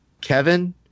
Kevin